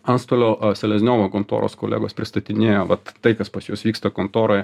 antstolio selezniovo kontoros kolegos pristatinėjo vat tai kas pas juos vyksta kontoroje